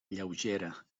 lleugera